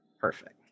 Perfect